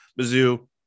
Mizzou